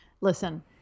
Listen